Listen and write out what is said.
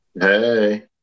Hey